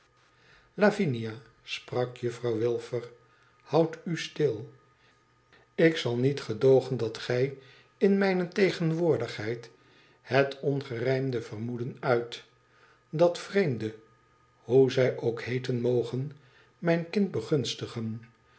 slavinia rak juffi ouw wilfer t houd u stil ik zal niet gedoogen dat gij in mijne tegenwoordigheid het ongerijmde vermoeden uit dat vreemden hoe zij ook heeten mogen mijn kind begunstigen